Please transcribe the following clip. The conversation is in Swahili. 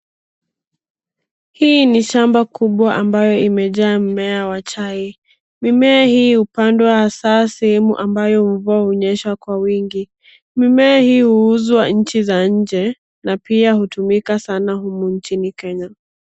Hii ni shamba kubwa ambayo imejaa mmea wa chai. Mimea hii hupandwa hasa sehemu ambayo mvua hunyesha kwa wingi. Mimea hii huuzwa nchi za nje na pia hutumika sana humu nchini Kenya.